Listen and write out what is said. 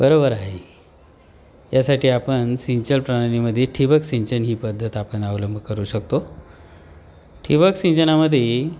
बरोबर आहे यासाठी आपण सिंचन प्रणालीमध्ये ठिबक सिंचन ही पद्धत आपण अवलंब करू शकतो ठिबक सिंचनामध्ये